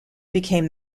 became